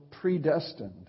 predestined